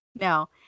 no